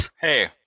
hey